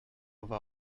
war